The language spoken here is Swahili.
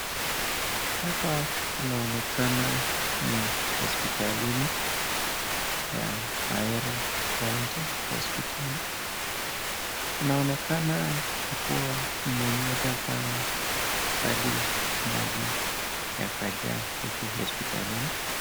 Hapa kunaonekana ni hospitalini ya Ahero County Hospital, kunaonekana kuwa mvua imenyesha sana hadi maji yakajaa huku hospitalini.